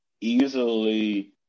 easily